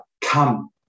come